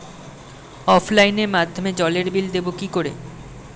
অফলাইনে মাধ্যমেই জলের বিল দেবো কি করে?